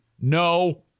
No